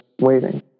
waiting